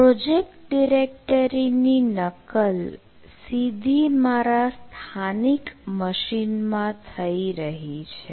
આ project directory ની નકલ સીધી મારા સ્થાનિક મશીનમાં થઈ રહી છે